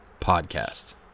Podcast